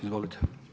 Izvolite.